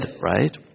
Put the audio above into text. right